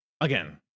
again